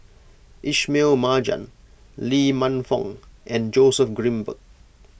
Ismail Marjan Lee Man Fong and Joseph Grimberg